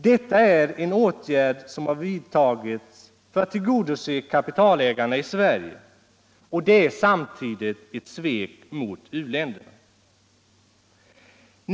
Detta är en åtgärd som har vidtagis för att tillgodose kapitalägarna i Sverige, och det är samtidigt ett svek mot uländerna.